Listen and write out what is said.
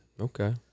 Okay